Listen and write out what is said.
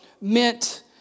meant